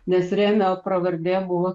nes remio pravardė buvo